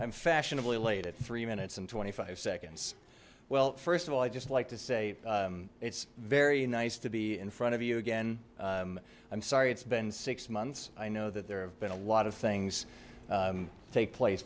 i'm fashionably late at three minutes and twenty five seconds well first of all i just like to say it's very nice to be in front of you again i'm sorry it's been six months i know that there have been a lot of things take place